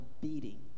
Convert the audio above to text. beating